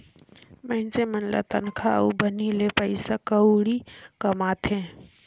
मइनसे मन तनखा अउ बनी ले पइसा कउड़ी कमाथें